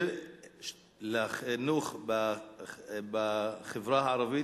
ולחינוך בחברה הערבית,